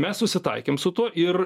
mes susitaikėm su tuo ir